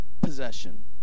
possession